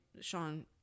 Sean